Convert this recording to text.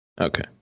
Okay